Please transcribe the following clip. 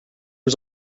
was